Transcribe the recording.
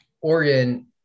Oregon